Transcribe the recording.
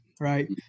right